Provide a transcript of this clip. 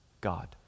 God